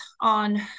on